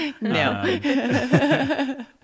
no